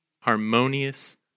harmonious